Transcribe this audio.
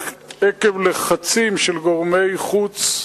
עקב לחצים של גורמי חוץ,